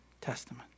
Testament